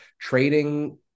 trading